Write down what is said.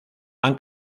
han